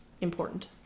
important